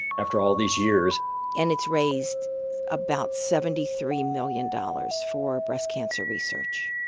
after all these years and it's raised about seventy three million dollars for breast cancer research.